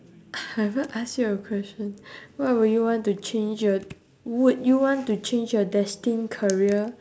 I haven't ask you your question what would you want to change your would you want to change your destine career